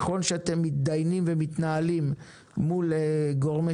נכון שאתם מידיינים ומתנהלים מול גורמי